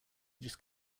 just